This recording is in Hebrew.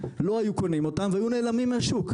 לא היו קונים אותם והיו נעלמים מהשוק.